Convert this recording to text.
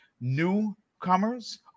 newcomers